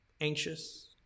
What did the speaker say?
anxious